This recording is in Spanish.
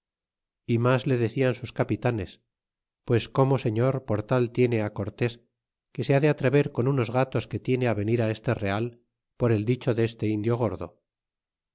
y mas le decian sus capitanes pues cómo señor por tal tiene á cortes que se ha de atrever con unos gatos que tiene venir a este real por el dicho d este indio gordo